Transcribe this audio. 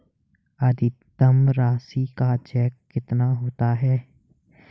अधिकतम राशि का चेक कितना होता है?